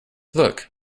look